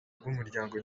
bw’umuryango